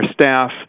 staff